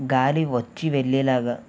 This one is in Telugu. గాలి వచ్చి వెళ్ళేలాగా